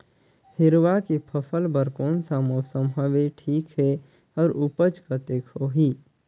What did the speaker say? हिरवा के फसल बर कोन सा मौसम हवे ठीक हे अउर ऊपज कतेक होही?